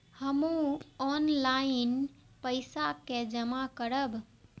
हमू ऑनलाईनपेसा के जमा करब?